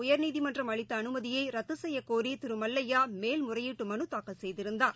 உயர்நீதிமன்றம் அளித்தஅனுமதியைரத்துசெய்யக்கோரிதிருமல்லையாமேல்முறையீட்டுமனுதாக்கல் செய்திருந்தார்